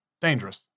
dangerous